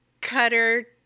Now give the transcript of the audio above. Cutter